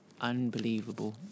unbelievable